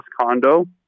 condo